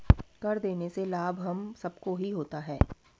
कर देने से लाभ हम सबको ही होता है